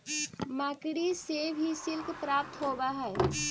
मकड़ि से भी सिल्क प्राप्त होवऽ हई